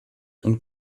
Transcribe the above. und